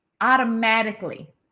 automatically